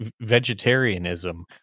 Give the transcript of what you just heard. vegetarianism